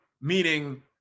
Meaning